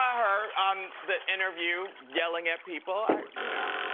her on the interview yelling at people. you know.